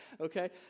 okay